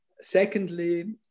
secondly